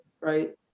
right